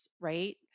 right